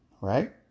right